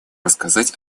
рассказать